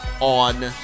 on